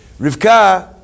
Rivka